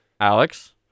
Alex